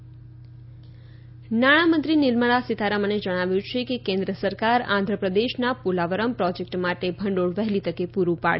નાણામંત્રી નાણામંત્રી નિર્મલા સીતારમણે જણાવ્યું છે કે કેન્દ્ર સરકાર આંધ્રપ્રદેશના પોલાવરમ પ્રોજેક્ટ માટે ભંડોળ વહેલી તકે પૂરું પાડશે